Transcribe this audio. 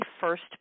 first